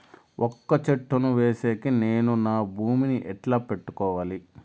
వక్క చెట్టును వేసేకి నేను నా భూమి ని ఎట్లా పెట్టుకోవాలి?